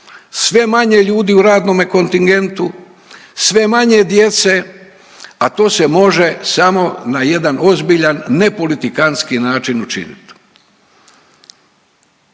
sve manje ljudi u radnome kontingentu, sve manje djece a to se može samo na jedan ozbiljan nepolitikantski način učiniti.